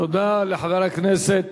תודה לחבר הכנסת